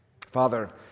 Father